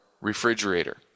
refrigerator